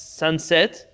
sunset